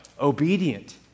Obedient